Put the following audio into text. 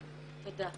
תודה.